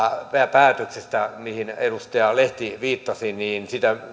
päätöksestä mihin edustaja lehti viittasi sitä